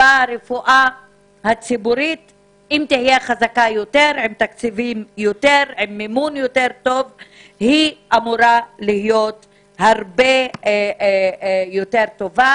בה הרפואה הציבורית אם תהיה חזקה יותר היא אמורה להיות הרבה יותר טובה